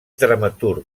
dramaturg